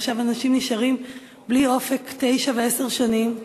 ועכשיו אנשים נשארים בלי אופק תשע ועשר שנים.